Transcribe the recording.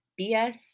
BS